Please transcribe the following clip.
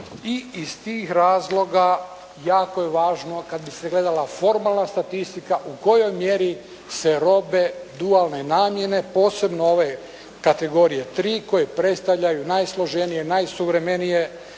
i iz tih razloga jako je važno kada bi se gledala formalna statistika, u kojoj mjeri se robe dualne namjene, posebno ove kategorije 3, koje predstavljaju najsloženije, najsuvremenije